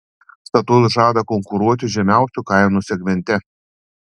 statoil žada konkuruoti žemiausių kainų segmente